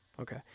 Okay